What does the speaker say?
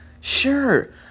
Sure